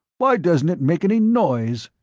why doesn't it make any noise?